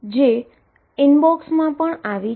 જે ઇનબોક્સમાં પણ આવી છે